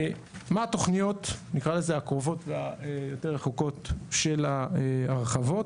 מה התוכניות הקרובות והיותר רחוקות של ההרחבות?